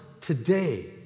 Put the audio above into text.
today